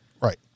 Right